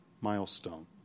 milestone